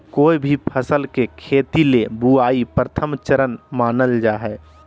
कोय भी फसल के खेती ले बुआई प्रथम चरण मानल जा हय